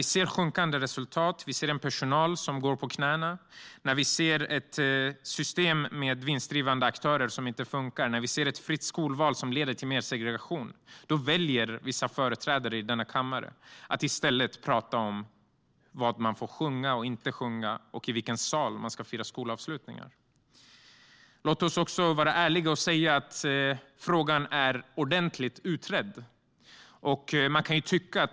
Vi ser sjunkande resultat och att personalen går på knäna. Vi ser ett system som inte funkar, med vinstdrivande aktörer. Vi ser ett fritt skolval som leder till segregation. Då väljer vissa företrädare i denna kammare att i stället prata om vad man får sjunga och inte och i vilken sal man ska fira skolavslutningar. Låt oss också vara ärliga och säga att denna fråga är ordentligt utredd.